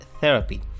therapy